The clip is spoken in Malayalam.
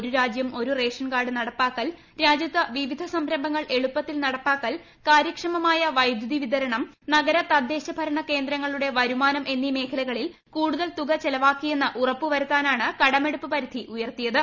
ഒരു രാജ്വർ ഒരു റേഷൻ കാർഡ് നടപ്പാക്കൽ രാജ്യത്ത് വിവിധ സംര്ക്ട്രങ്ങൾ എളുപ്പത്തിൽ നടപ്പാക്കൽ കാര്യക്ഷമമായ വൈദ്യുതിക് വിതരണം നഗര തദ്ദേശ ഭരണ കേന്ദ്രങ്ങളുടെ വരുമാനും എന്നീ മേഖലകളിൽ കൂടുതൽ തുക ചെലവാക്കിയെന്ന് ഉറപ്പുവരുത്താനാണ് കടമെടുപ്പ് പദ്ധതി ഉയർത്തിയത്